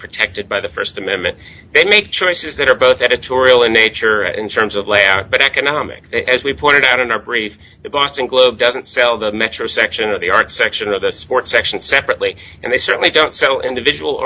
protected by the st amendment they make choices that are both editorial in nature and terms of layout but economics as we pointed out in our brief the boston globe doesn't sell the metro section of the art section of the sports section separately and they certainly don't sell individual